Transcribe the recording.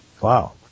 Wow